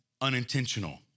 unintentional